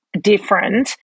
different